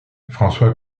françois